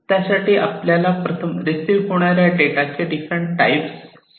त्यासाठी आपल्याला प्रथम रिसीव होणाऱ्या डेटाचे डिफरंट टाईप समजून घ्यावे लागतील